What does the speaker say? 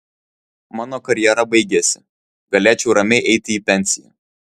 mano karjera baigiasi galėčiau ramiai eiti į pensiją